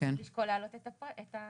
יכולים לשקול להעלות את הניכוי.